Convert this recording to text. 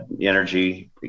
energy